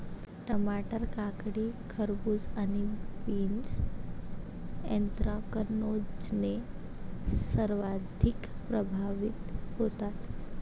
टमाटर, काकडी, खरबूज आणि बीन्स ऍन्थ्रॅकनोजने सर्वाधिक प्रभावित होतात